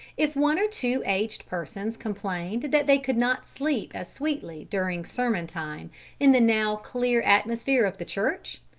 if one or two aged persons complained that they could not sleep as sweetly during sermon-time in the now clear atmosphere of the church,